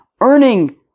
earning